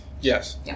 Yes